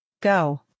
Go